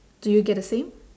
do you get the same